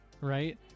right